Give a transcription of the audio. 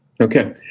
Okay